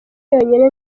yonyine